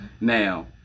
Now